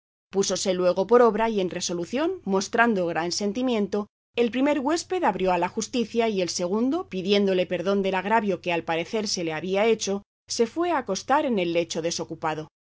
reales púsose luego por obra y en resolución mostrando gran sentimiento el primer huésped abrió a la justicia y el segundo pidiéndole perdón del agravio que al parecer se le había hecho se fue acostar en el lecho desocupado